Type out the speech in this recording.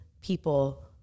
people